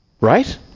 Right